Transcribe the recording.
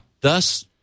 thus